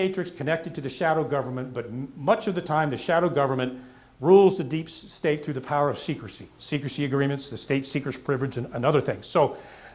matrix connected to the shadow government but much of the time the shadow government rules the deep state through the power of secrecy secrecy agreements the state secrets privilege and other things so